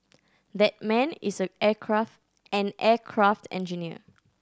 that man is aircraft an aircraft engineer